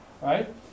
right